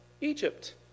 Egypt